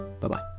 bye-bye